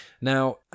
Now